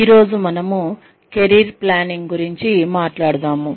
ఈ రోజు మనము కెరీర్ ప్లానింగ్ గురించి మాట్లాడుతాము